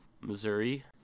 Missouri